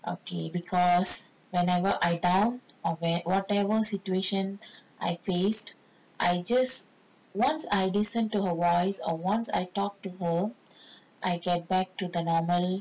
okay because whenever I down or where whatever situation I faced I just once I listen to her voice or once I talk to her I get back to the normal